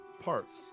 parts